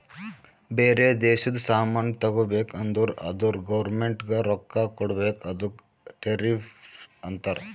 ಬೇರೆ ದೇಶದು ಸಾಮಾನ್ ತಗೋಬೇಕು ಅಂದುರ್ ಅದುರ್ ಗೌರ್ಮೆಂಟ್ಗ ರೊಕ್ಕಾ ಕೊಡ್ಬೇಕ ಅದುಕ್ಕ ಟೆರಿಫ್ಸ್ ಅಂತಾರ